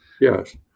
Yes